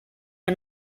are